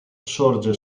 sorge